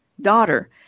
daughter